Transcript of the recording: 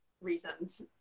reasons